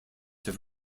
have